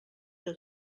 que